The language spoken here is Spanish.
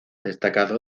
destacado